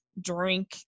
drink